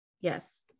Yes